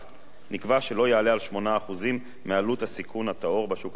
נקבע שלא יעלה על 8% מעלות הסיכון הטהור בשוק החופשי.